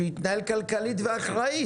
אלא שיתנהל כלכלית ואחראית.